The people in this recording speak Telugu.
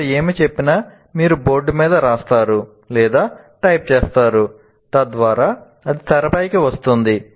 వారు ఏమి చెప్పినా మీరు బోర్డు మీద వ్రాస్తారు లేదా టైప్ చేయండి తద్వారా అది తెరపైకి వస్తుంది